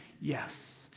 Yes